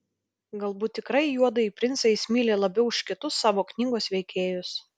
galbūt tikrai juodąjį princą jis myli labiau už kitus savo knygos veikėjus